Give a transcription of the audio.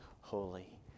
holy